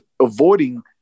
avoiding